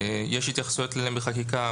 יש התייחסויות להם בחקיקה.